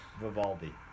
Vivaldi